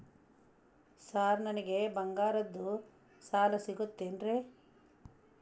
Sir ನನಗೆ ಬಂಗಾರದ್ದು ಸಾಲ ಸಿಗುತ್ತೇನ್ರೇ?